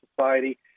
society